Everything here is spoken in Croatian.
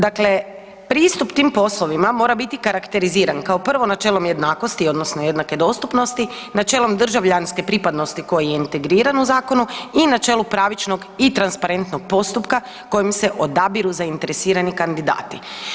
Dakle, pristup tim poslovima mora biti karakteriziran, kao prvo, načelom jednakosti odnosno jednake dostupnosti, načelom državljanske pripadnosti koje je integrirano u zakonu i načelu pravičnog i transparentnog postupka kojim se odabiru zainteresirani kandidati.